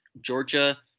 Georgia